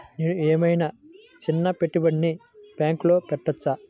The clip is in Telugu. నేను ఏమయినా చిన్న పెట్టుబడిని బ్యాంక్లో పెట్టచ్చా?